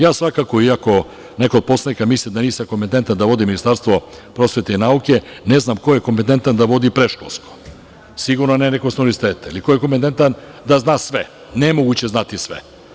Ja svakako, iako neko od poslanika misli da nisam kompetentan da vodim Ministarstvo prosvete i nauke, ne znam ko je kompetentan da vodi predškolsko, sigurno ne neko sa univerziteta, ili ko je kompetentan da zna sve, nemoguće je znati sve.